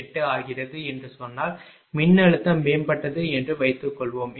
98 ஆகிறது என்று சொன்னால் மின்னழுத்தம் மேம்பட்டது என்று வைத்துக்கொள்வோம்